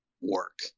work